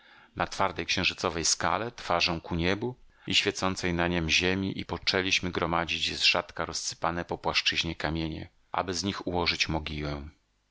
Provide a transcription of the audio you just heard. na tej twardej księżycowej skale twarzą ku niebu i świecącej na niem ziemi i poczęliśmy gromadzić zrzadka rozsypane po płaszczyźnie kamienie aby z nich ułożyć mogiłę